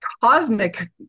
cosmic